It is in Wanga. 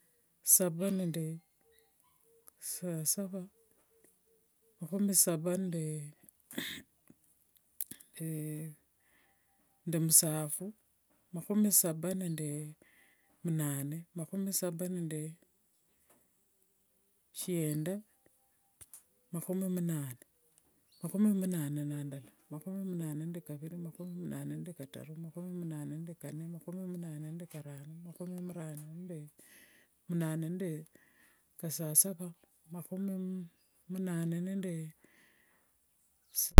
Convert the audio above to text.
Saba nende thisasasava, makhumi saba nende musaphu, makhumi saba nende munane, makhumi saba nende shienda, makhumi munane. Makhumi munane na ndala makhumi munane nde thiviri, makhumi munane nde thitaru, makhumi munane nde thinne, makhumi munane nde thirano, makhumi munane nde makhumi munane nde kasasava, makhumi munane nde musa.